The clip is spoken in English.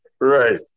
Right